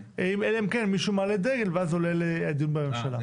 אלא אם כן מישהו מעלה דגל ואז זה עולה לדיון בממשלה.